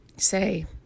say